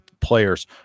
players